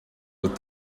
with